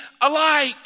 alike